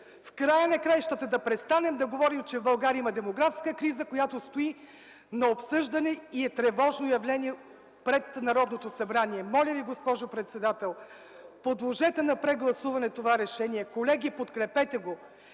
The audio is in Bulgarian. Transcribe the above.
В края на краищата да престанем да говорим, че в България има демографска криза, която стои на обсъждане и е тревожно явление пред Народното събрание. Моля Ви, госпожо председател, подложете на прегласуване това решение. Колеги, подкрепете го!